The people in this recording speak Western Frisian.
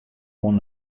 oan